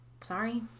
sorry